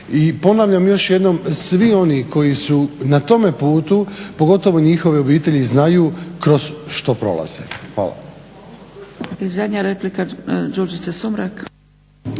I ponavljam još jednom svi oni koji su na tome putu, pogotovo njihove obitelji znaju kroz što prolaze. Hvala.